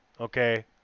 Okay